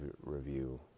Review